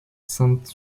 sainte